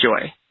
joy